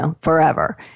forever